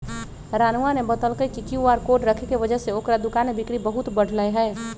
रानूआ ने बतल कई कि क्यू आर कोड रखे के वजह से ओकरा दुकान में बिक्री बहुत बढ़ लय है